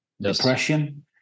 depression